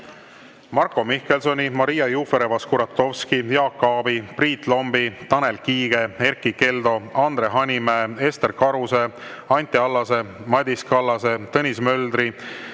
Marko Mihkelsoni, Maria Jufereva-Skuratovski, Jaak Aabi, Priit Lombi, Tanel Kiige, Erkki Keldo, Andre Hanimäe, Ester Karuse, Anti Allase, Madis Kallase, Tõnis Möldri,